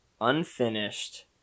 unfinished